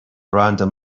random